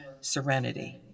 serenity